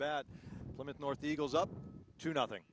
bat limit north eagles up to nothing